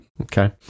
Okay